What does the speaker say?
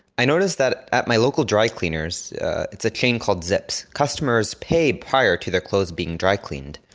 i noticed that at my local dry cleaners it's a chain called zips customers pay prior to their clothes being dry cleaned.